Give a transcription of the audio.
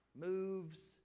moves